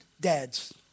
dads